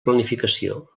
planificació